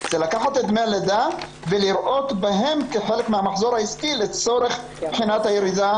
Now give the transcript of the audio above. זה לקחת את דמי הלידה ולראות בהם כחלק מהמחזור העסקי לצורך בחינת הירידה